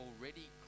already